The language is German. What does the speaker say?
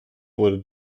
wurde